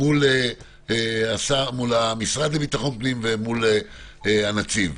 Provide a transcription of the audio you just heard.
מול המשרד לביטחון הפנים ומול הנציב.